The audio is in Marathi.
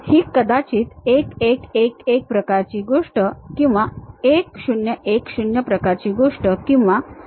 ही कदाचित 1 1 1 1 प्रकारची गोष्ट किंवा 1 0 1 0 प्रकारची गोष्ट किंवा 1 0